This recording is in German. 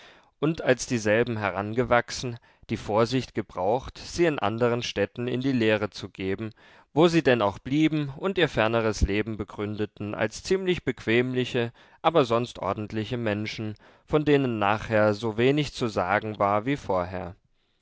und als dieselben herangewachsen die vorsicht gebraucht sie in anderen städten in die lehre zu geben wo sie denn auch blieben und ihr ferneres leben begründeten als ziemlich bequemliche aber sonst ordentliche menschen von denen nachher so wenig zu sagen war wie vorher